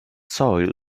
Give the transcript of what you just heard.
soil